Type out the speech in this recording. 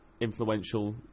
influential